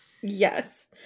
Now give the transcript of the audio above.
Yes